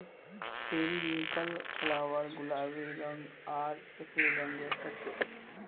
periwinkle flower गुलाबी आर सफ़ेद रंगेर होचे